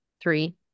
three